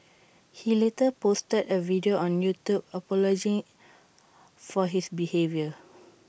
he later posted A video on YouTube apology for his behaviour